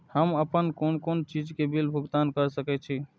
हम आपन कोन कोन चीज के बिल भुगतान कर सके छी?